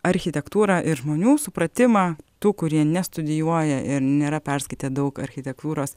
architektūrą ir žmonių supratimą tų kurie nestudijuoja ir nėra perskaitę daug architektūros